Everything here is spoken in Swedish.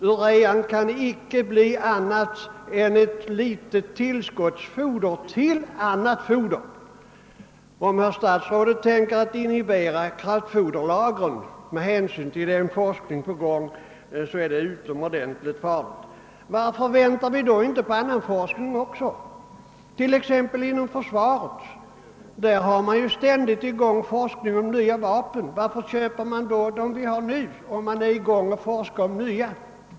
Urean kan inte bli något annat än ett tillskottsfoder till annat foder. Att inhibera ökningen av kraftfoderlagren med hänsyn till den forskning som pågår torde vara utomordentligt farligt. Varför väntar vi i så fall inte även på annan forskning, t.ex. inom försvaret? Där pågår ständigt forskning om nya vapen. Varför köper man då kontinuerligt vapen om man håller på att forska om nya?